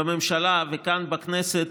בממשלה וכאן בכנסת,